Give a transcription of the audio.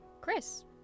Chris